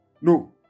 No